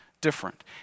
different